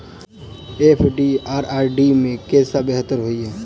FD आ RD मे केँ सा बेहतर होइ है?